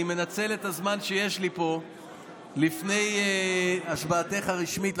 אני מנצל את הזמן שיש לי פה לפני השבעתה הרשמית,